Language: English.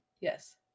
Yes